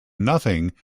nothing